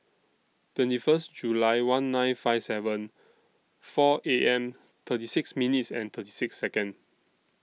twenty First July one nine five seven four A M thirty six minutes and thirty six Second